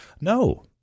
No